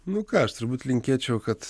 nu ką aš turbūt linkėčiau kad